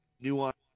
nuance